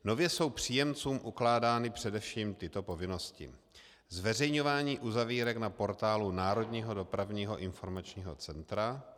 Nově jsou příjemcům ukládány především tyto povinnosti: zveřejňování uzavírek na portálu Národního dopravního informačního centra;